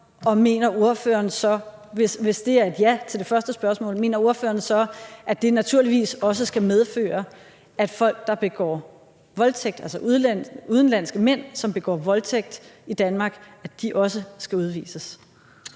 mener ordføreren så, at det naturligvis også skal medføre, at udenlandske mænd, som begår voldtægt i Danmark, skal udvises?